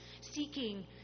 seeking